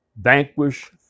vanquish